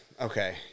Okay